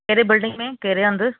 कहिड़े बिल्डिंग में कहिड़े हंधि